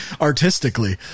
artistically